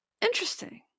Interesting